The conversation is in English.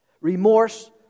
Remorse